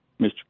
Mr